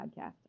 podcast